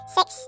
Six